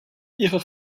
ihrer